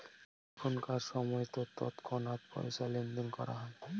এখনকার সময়তো তৎক্ষণাৎ পয়সা লেনদেন করা হয়